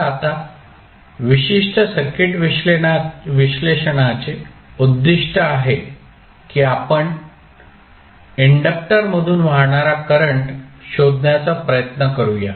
तर आता विशिष्ट सर्किट विश्लेषणाचे उद्दीष्ट आहे की आपण इंडक्टर मधून वाहणारा करंट शोधण्याचा प्रयत्न करूया